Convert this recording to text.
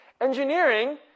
Engineering